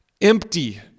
empty